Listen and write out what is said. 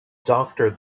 doctor